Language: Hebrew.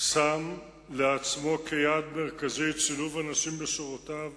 שם לעצמו כיעד מרכזי את שילוב הנשים בשירותיו